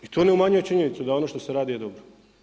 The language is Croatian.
I to ne umanjuje činjenicu da ono što se radi je dobro.